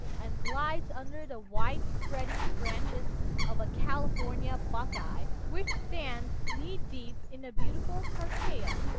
and glides under the wide spreading branches of a california buckeye, which stands kneedeep in the beautiful clarkia,